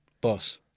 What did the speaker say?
Boss